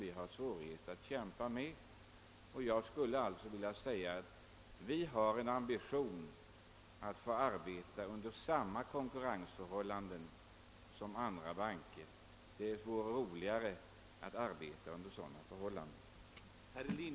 Vi har svårigheter i detta avseende, och jag skulle vilja framhålla att vi har en ambition att få arbeta på samma konkurrensvillkor som andra banker. Det vore roligare att arbeta under sådana förhållanden.